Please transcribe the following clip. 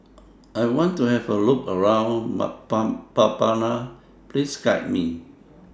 I want to Have A Look around Mbabana Please Guide Me